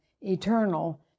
eternal